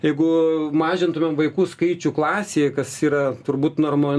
jeigu mažintumėm vaikų skaičių klasėje kas yra turbūt norma